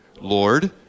Lord